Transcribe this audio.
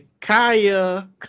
Kaya